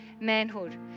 manhood